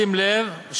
שים לב,